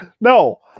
no